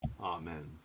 Amen